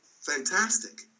fantastic